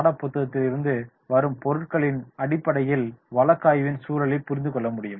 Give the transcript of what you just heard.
பாடப்புத்தகத்திலிருந்து வரும் பொருட்களின் அடிப்படையில் வழக்காய்வின் சூழலைப் புரிந்து கொள்ள வேண்டும்